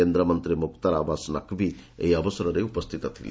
କେନ୍ଦ୍ରମନ୍ତ୍ରୀ ମୁକ୍ତାର ଅବାସ୍ ନକ୍ଭି ଏହି ଅବସରରେ ଉପସ୍ଥିତ ଥିଲେ